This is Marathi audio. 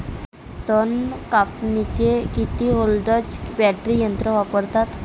तन कापनीले किती व्होल्टचं बॅटरी यंत्र वापरतात?